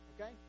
Okay